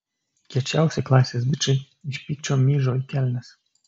kiečiausi klasės bičai iš pykčio myžo į kelnes